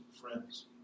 friends